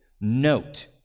note